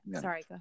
sorry